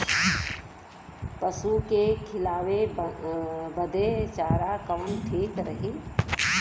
पशु के खिलावे बदे चारा कवन ठीक रही?